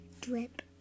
drip